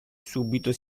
subito